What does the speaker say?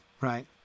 right